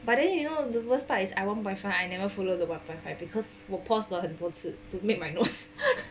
but then you know the worst part is I one five I never follow the one point five because 我 pause 了很多次 to make my notes